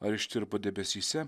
ar ištirpo debesyse